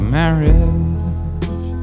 marriage